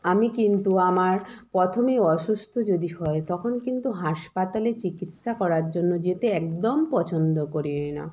আমি কিন্তু আমার প্রথমে অসুস্থ যদি হয়তো তখন কিন্তু হাসপাতালে চিকিৎসা করার জন্য যেতে একদম পছন্দ করি না